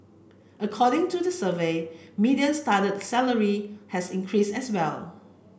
according to the survey median starting salary had increased as well